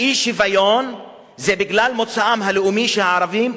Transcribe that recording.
האי-שוויון זה בגלל מוצאם הלאומי של הערבים.